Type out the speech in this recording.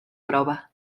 prova